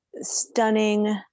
stunning